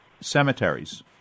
cemeteries